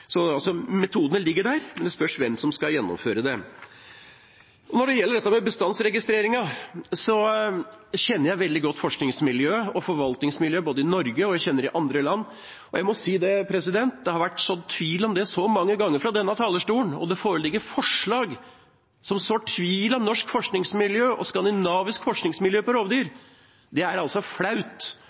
Så metodene ligger der, men det spørs hvem som skal gjennomføre det. Når det gjelder dette med bestandsregistreringen, kjenner jeg veldig godt forskningsmiljøet og forvaltningsmiljøet både i Norge og i andre land. Det har fra denne talerstolen så mange ganger vært sådd tvil om – og det foreligger forslag som sår tvil om – norsk forskningsmiljø og skandinavisk forskningsmiljø på rovdyr. Det er flaut.